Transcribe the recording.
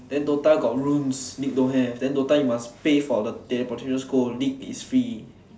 then DOTA got rooms league don't have then DOTA you must pay for the league is free